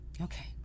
okay